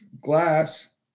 glass